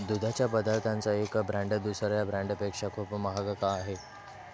दुधाच्या पदार्थांचा एक ब्रँड दुसऱ्या ब्रँडपेक्षा खूप महाग का आहे